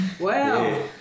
Wow